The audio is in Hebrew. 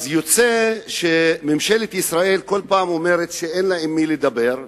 אז יוצא שממשלת ישראל כל פעם אומרת שאין לה עם מי לדבר,